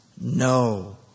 No